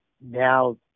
now